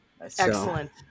Excellent